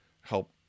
help